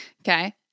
Okay